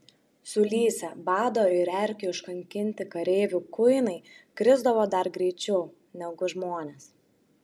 sulysę bado ir erkių iškankinti kareivių kuinai krisdavo dar greičiau negu žmonės